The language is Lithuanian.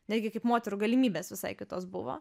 netgi kaip moterų galimybės visai kitos buvo